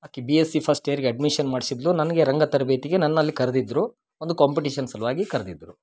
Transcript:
ಆಕಿ B S C first ಇಯರ್ಗೆ admission ಮಾಡ್ಸಿದ್ಲು ನನಗೆ ರಂಗ ತರಬೇತಿಗೆ ನನ್ನ ಅಲ್ಲಿ ಕರ್ದಿದ್ದರು ಒಂದು ಕಾಂಪಿಟಿಶನ್ ಸಲ್ವಾಗಿ ಕರ್ದಿದ್ದರು